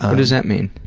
what does that mean?